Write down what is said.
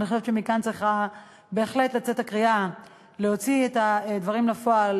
אני חושבת שמכאן צריכה בהחלט לצאת הקריאה להוציא את הדברים לפועל